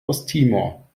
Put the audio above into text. osttimor